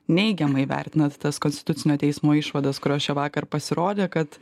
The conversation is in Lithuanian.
neigiamai vertinat tas konstitucinio teismo išvadas kurios čia vakar pasirodė kad